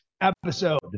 episode